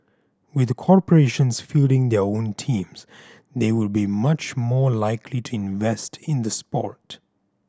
with corporations fielding their own teams they would be much more likely to invest in the sport